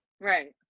Right